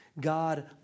God